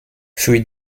für